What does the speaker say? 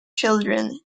children